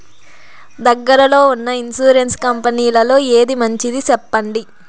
దగ్గర లో ఉన్న ఇన్సూరెన్సు కంపెనీలలో ఏది మంచిది? సెప్పండి?